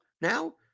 now